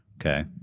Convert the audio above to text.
Okay